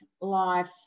life